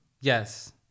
Yes